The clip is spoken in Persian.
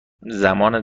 زمان